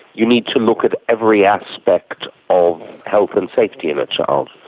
you need to look at every aspect of health and safety in a child.